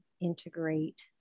integrate